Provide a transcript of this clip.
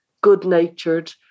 good-natured